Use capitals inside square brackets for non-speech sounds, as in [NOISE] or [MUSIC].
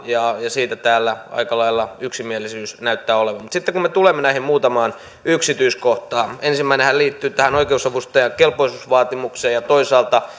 siitä täällä aika lailla yksimielisyys näyttää olevan mutta sitten me tulemme näihin muutamaan yksityiskohtaan ensimmäinenhän liittyy tähän oikeusavustajan kelpoisuusvaatimukseen ja toisaalta [UNINTELLIGIBLE]